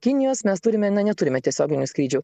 kinijos mes turime na neturime tiesioginių skrydžių